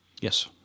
Yes